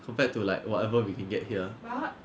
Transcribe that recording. compared to like whatever we can get here